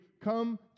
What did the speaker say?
come